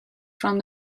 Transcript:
from